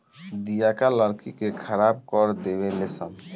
दियाका लकड़ी के खराब कर देवे ले सन